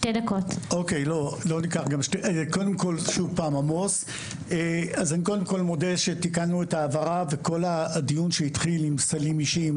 קודם כל מודה שתיקנו את ההבהרה וכל הדיון שהתחיל עם סלים אישיים,